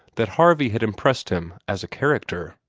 that harvey had impressed him as a character.